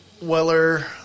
Weller